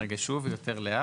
רגע, שוב, ויותר לאט.